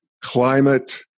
climate